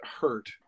hurt